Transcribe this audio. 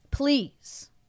Please